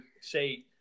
say